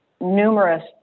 numerous